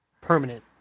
permanent